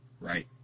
Right